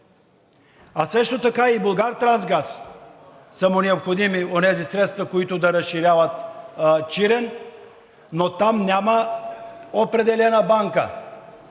а също така и на „Булгартрансгаз“ са му необходими онези средства, с които да разширяват Чирен, но там няма определена банка.